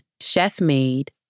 chef-made